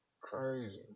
Crazy